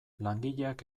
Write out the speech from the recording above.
langileak